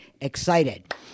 excited